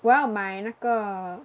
我要买那个